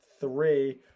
three